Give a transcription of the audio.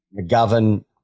McGovern